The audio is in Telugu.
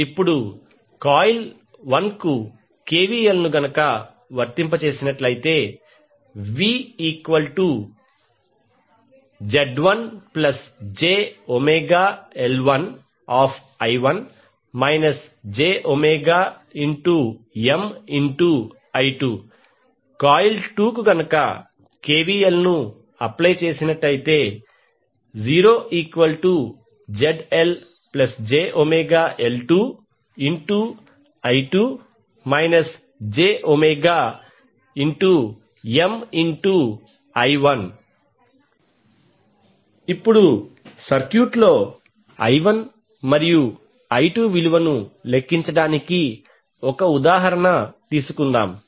ఇప్పుడు కాయిల్ 1 కు కెవిఎల్ను వర్తింపజేద్దాం VZ1jωL1I1 jωMI2 కాయిల్ 2 కు KVL అప్లై చేసినట్లయితే 0ZLjωL2I2 jωMI1 ఇప్పుడు సర్క్యూట్లో I1 మరియు I2 విలువను లెక్కించడానికి ఒక ఉదాహరణ తీసుకుందాం